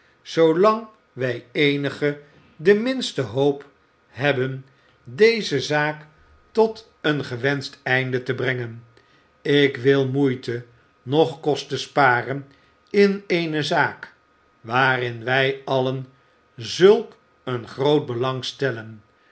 zoolang wij eenige de minste hoop hebben deze zaak tot een gewenscht einde te brengen ik wil moeiten noch kosten sparen in eene zaak waarin wij allen zulk een groot belang stellen